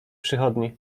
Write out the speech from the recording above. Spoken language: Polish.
przychodni